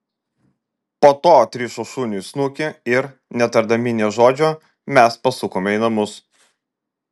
po to atrišo šuniui snukį ir netardami nė žodžio mes pasukome į namus